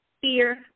fear